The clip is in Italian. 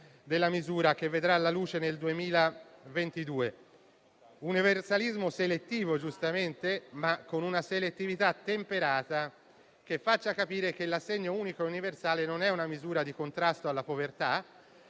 della misura che vedrà la luce nel 2022. Un universalismo selettivo, giustamente, ma con una selettività temperata, che faccia capire che l'assegno unico e universale non è una misura di contrasto alla povertà